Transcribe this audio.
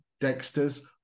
Dexter's